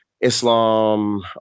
Islam